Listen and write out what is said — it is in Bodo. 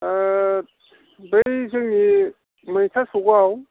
बै जोंनि मैथा सखआव